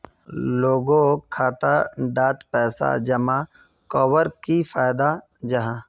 लोगोक खाता डात पैसा जमा कवर की फायदा जाहा?